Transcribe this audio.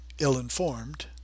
ill-informed